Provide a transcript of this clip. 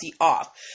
off